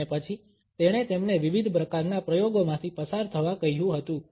અને પછી તેણે તેમને વિવિધ પ્રકારના પ્રયોગોમાંથી પસાર થવા કહ્યું હતું